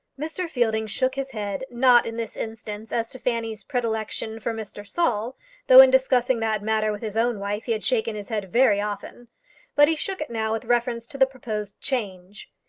mr. fielding shook his head not in this instance as to fanny's predilection for mr. saul though in discussing that matter with his own wife he had shaken his head very often but he shook it now with reference to the proposed change.